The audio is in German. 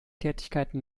tätigkeiten